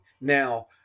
Now